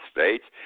States